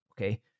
Okay